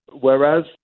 whereas